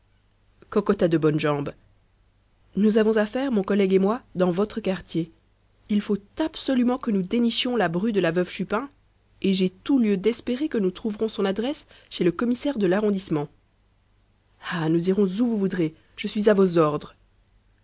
cocotte a de bonnes jambes nous avons affaire mon collègue et moi dans votre quartier il faut absolument que nous dénichions la bru de la veuve chupin et j'ai tout lieu d'espérer que nous trouverons son adresse chez le commissaire de l'arrondissement ah nous irons où vous voudrez je suis à vos ordres